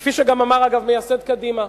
כפי שגם אמר, אגב, מייסד קדימה,